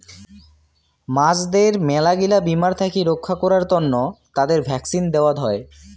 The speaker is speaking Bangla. মাছদের মেলাগিলা বীমার থাকি রক্ষা করাং তন্ন তাদের ভ্যাকসিন দেওয়ত হই